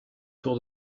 tour